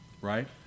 Right